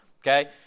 okay